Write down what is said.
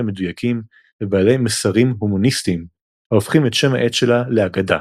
מדויקים ובעלי מסרים הומניסטיים ההופכים את שם העט שלה לאגדה.